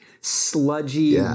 sludgy